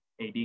AD